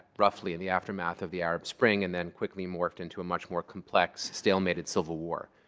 roughly, in the aftermath of the arab spring and then quickly morphed into a much more complex, stalemated civil war.